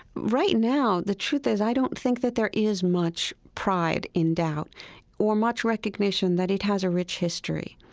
right now, the truth is i don't think that there is much pride in doubt or much recognition that it has a rich history.